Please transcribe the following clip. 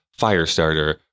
Firestarter